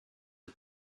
the